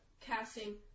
casting